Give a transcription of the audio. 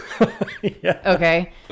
Okay